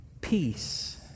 peace